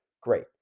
Great